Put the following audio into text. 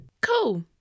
Cool